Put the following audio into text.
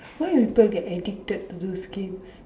why people get addicted to those games